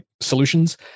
solutions